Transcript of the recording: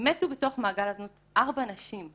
מתו בתוך מעגל הזנות ארבע נשים.